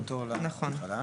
נכון.